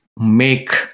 make